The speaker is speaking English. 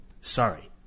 Sorry